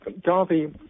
Darby